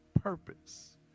purpose